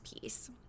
piece